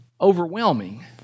overwhelming